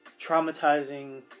traumatizing